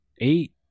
eight